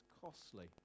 costly